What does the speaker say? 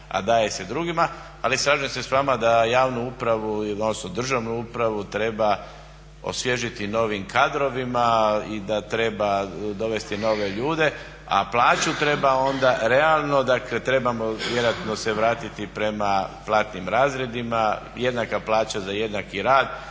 a daje se drugima. Ali slažem se sa vama da javnu upravu, odnosno državnu upravu treba osvježiti novim kadrovima i da treba dovesti nove ljude, a plaću treba onda realno, dakle trebamo vjerojatno se vratiti prema platnim razredima. Jednaka plaća za jednaki rad.